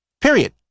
Period